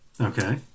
Okay